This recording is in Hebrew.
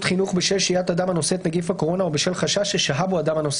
חינוך בשל שהיית אדם הנושא את נגיף הקורונה או בשל חשש ששהה בו אדם הנושא